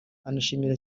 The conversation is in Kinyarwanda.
anashimira